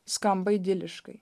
skamba idiliškai